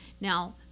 now